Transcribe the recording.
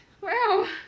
wow